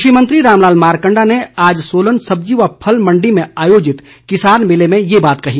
कृषि मंत्री रामलाल मारकंडा ने आज सोलन सब्जी व फल मंडी में आयोजित किसान मेले में ये बात कही